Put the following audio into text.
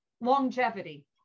longevity